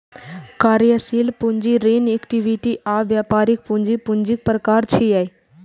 कार्यशील पूंजी, ऋण, इक्विटी आ व्यापारिक पूंजी पूंजीक प्रकार छियै